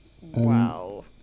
wow